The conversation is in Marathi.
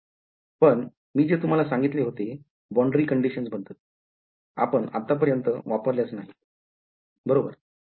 पण मी जे तुम्हाला सांगितले होते boundary conditions बद्दल आपण आतापर्यंत वापरल्याच नाहीत बरोबर